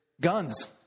guns